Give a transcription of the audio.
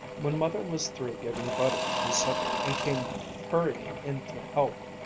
when mother was through giving buddy his supper and came hurrying in to help,